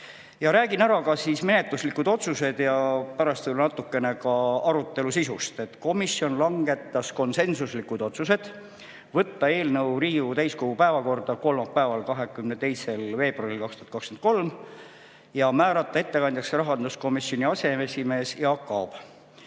Räägin ära menetluslikud otsused ja pärast natukene ka arutelu sisust. Komisjon langetas konsensuslikud otsused võtta eelnõu Riigikogu täiskogu päevakorda kolmapäeval, 22. veebruaril 2023 ja määrata ettekandjaks rahanduskomisjoni aseesimees Jaak Aab.